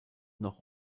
noch